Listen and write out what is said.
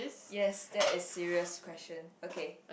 yes that is serious question okay